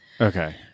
Okay